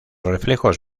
reflejos